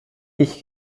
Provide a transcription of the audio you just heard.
ich